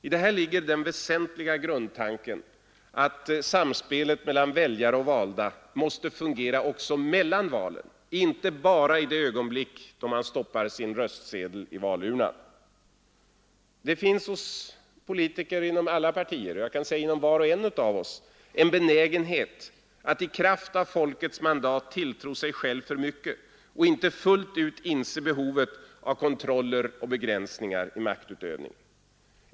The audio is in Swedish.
I detta ligger den väsentliga grundtanken att samspelet mellan väljare och valda måste fungera också mellan valen, inte bara i det ögonblick då man lägger sin röstsedel i valurnan. Det finns hos politiker inom alla partier, jag kan säga inom var och en av oss, en benägenhet att i kraft av folkets mandat tilltro sig själv för mycket och inte fullt ut inse behovet av kontroller och begränsningar i maktutövningen.